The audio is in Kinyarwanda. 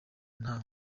nta